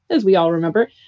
as we all remember,